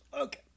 Okay